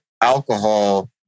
alcohol